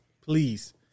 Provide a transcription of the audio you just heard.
please